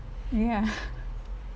ya